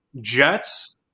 Jets